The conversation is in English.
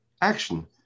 action